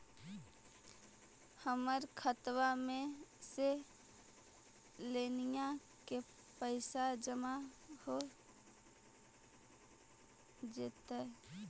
हमर खातबा में से लोनिया के पैसा जामा हो जैतय?